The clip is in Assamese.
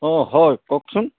অঁ হয় কওকচোন